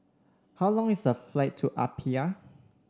how long is a flight to Apia